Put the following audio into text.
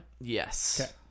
yes